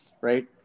right